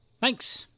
Thanks